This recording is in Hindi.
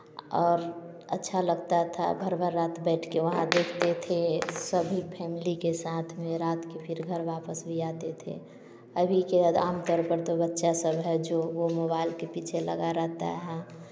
और अच्छा लगता था भर भर रात बैठ के वहाँ देखते थे सभी फैमिली के साथ में रात के फिर घर वापस भी आते थे अभी के आम तौर पर तो बच्चा सब है जो वो मोबाइल के पीछे लगा रहता है